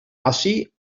ací